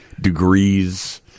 degrees